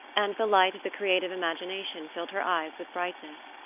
and the light of the creative imagination filled her eyes with brightness.